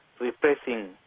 repressing